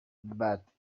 but